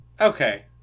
Okay